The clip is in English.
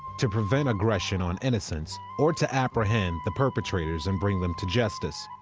to prevent aggression on innocence or to apprehend the perpetrators and bring them to justice.